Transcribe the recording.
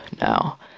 now